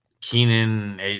Keenan